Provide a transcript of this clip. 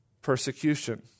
persecution